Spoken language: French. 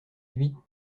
huit